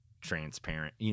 transparent